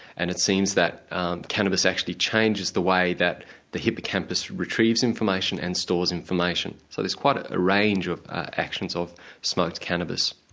and it seems that cannabis actually changes the way that the hippocampus retrieves information and stores information. so there's quite ah a range of actions of smoked cannabis.